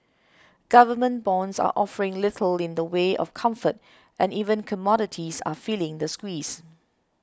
government bonds are offering little in the way of comfort and even commodities are feeling the squeeze